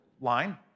line